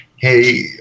hey